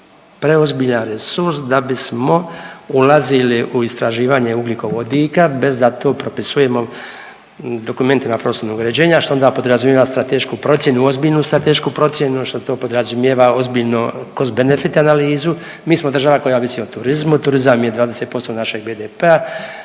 preozbiljan resurs da bismo ulazili u istraživanje ugljikovodika bez da to propisuje dokumentima prostornog uređenja što onda podrazumijeva stratešku procjenu, ozbiljnu stratešku procjenu što to podrazumijeva ozbiljno cost benefit analizu. Mi smo država koja ovisi o turizmu, turizam je 20% našeg BDP-a,